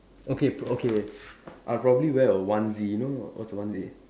okay okay I'll probably wear a onesie you know what's a onesie